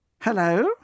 Hello